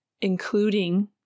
including